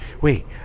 Wait